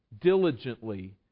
diligently